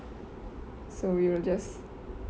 so we will just